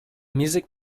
music